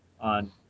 on